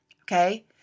okay